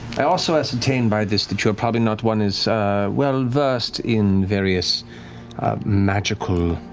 i also ascertain by this that you're probably not one as well-versed in various magical